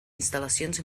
instal·lacions